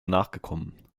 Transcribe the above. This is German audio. nachgekommen